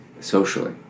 socially